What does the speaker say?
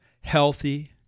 healthy